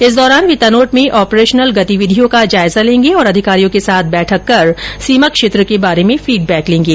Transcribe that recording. इस दौरान वे तनोट में ऑपरेशनल गतिविधियों का जायजा लेंगे और अधिकारियों के साथ बैठक करके सीमाक्षेत्र के बारे में फीडबैक लेंगे